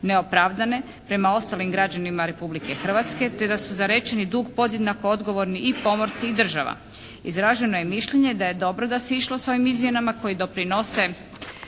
neopravdane prema ostalim građanima Republike Hrvatske, te da su za rečeni dug podjednako odgovorni i pomorci i država. Izraženo je mišljenje da je dobro da se išlo sa ovim izmjenama koje doprinose